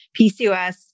PCOS